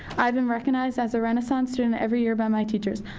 i've been recognized as a renaissance student every year by my teachers.